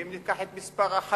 ואם ניקח את מספר החלשים,